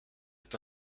est